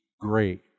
great